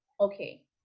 okay